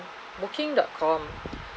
booking dot com